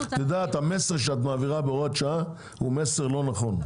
המסר שאת מעבירה בהוראת שעה הוא מסר לא נכון.